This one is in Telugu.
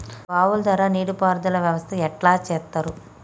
బావుల ద్వారా నీటి పారుదల వ్యవస్థ ఎట్లా చేత్తరు?